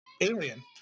Alien